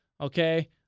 Okay